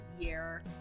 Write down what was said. year